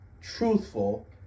Truthful